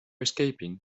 escaping